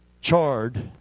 charred